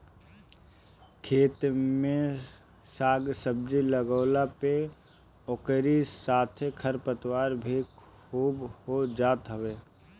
खेत में साग सब्जी लगवला पे ओकरी साथे खरपतवार भी खूब हो जात हवे